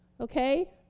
Okay